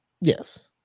Yes